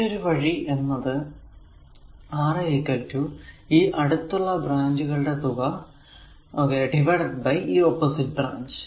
മറ്റൊരു വഴി എന്നത് Ra ഈ അടുത്തുള്ള ബ്രാഞ്ചുകളുടെ തുക a R a a R a divided by ഈ ഓപ്പോസിറ്റ് ബ്രാഞ്ച്